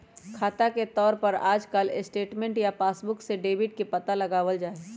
खाता के तौर पर आजकल स्टेटमेन्ट या पासबुक से डेबिट के पता लगावल जा हई